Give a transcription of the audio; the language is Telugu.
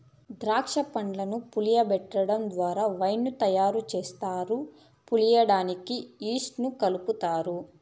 దాక్ష పండ్లను పులియబెటడం ద్వారా వైన్ ను తయారు చేస్తారు, పులియడానికి ఈస్ట్ ను కలుపుతారు